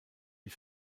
mit